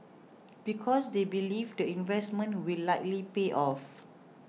because they believe the investment will likely pay off